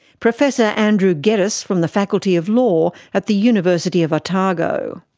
professor andrew geddis from the faculty of law at the university of otago.